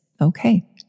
okay